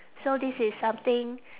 so this is something